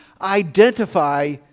identify